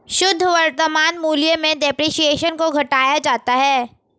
शुद्ध वर्तमान मूल्य में डेप्रिसिएशन को घटाया जाता है